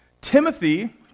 Timothy